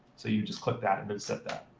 so you just click that, and then set that.